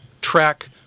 track